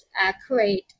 accurate